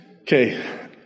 Okay